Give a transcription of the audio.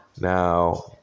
Now